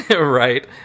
Right